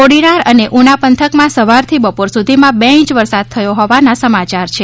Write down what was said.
કોડીનાર અને ઉના પંથકમાં સવારથી બપોર સુધીમાં બે ઇંચ વરસાદ થયો હોવાના સમાચાર છે